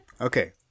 Okay